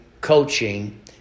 coaching